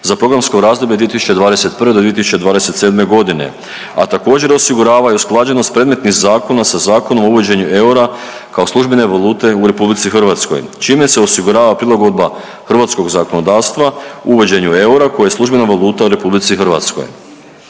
za programsko razdoblje 2021.-2027.g., a također osigurava i usklađenost predmetnih zakona sa Zakonom o uvođenju eura kao službene valute u RH čime se osigurava prilagodba hrvatskog zakonodavstva uvođenju eura koja je službena valuta u RH. U tekstu